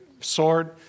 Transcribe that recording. sword